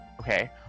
Okay